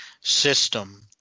system